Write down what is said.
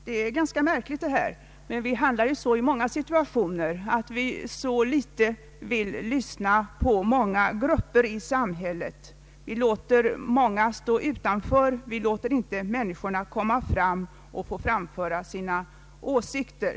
Detta är ganska märkligt, men det är ju så i många situationer att man inte vill lyssna på vad vissa grupper i samhället har att säga utan låter dem stå utanför; människorna där får inte tillfälle att framföra sina åsikter.